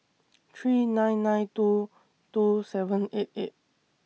three nine nine two two seven eight eight